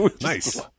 Nice